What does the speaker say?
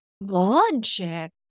logic